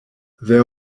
these